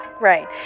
Right